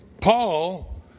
Paul